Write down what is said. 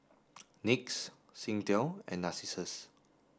NYX Singtel and Narcissus